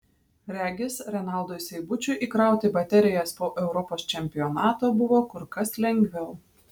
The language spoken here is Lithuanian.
regis renaldui seibučiui įkrauti baterijas po europos čempionato buvo kur kas lengviau